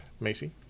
Macy